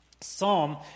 psalm